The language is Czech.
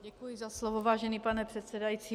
Děkuji za slovo, vážený pane předsedající.